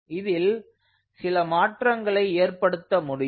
இதில் சில மாற்றங்களை ஏற்படுத்த முடியும்